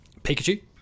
Pikachu